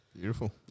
Beautiful